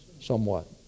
somewhat